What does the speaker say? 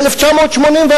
ב-1981.